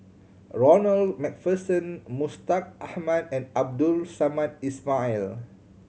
Ronald Macpherson Mustaq Ahmad and Abdul Samad Ismail